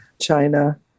China